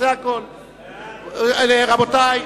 רבותי,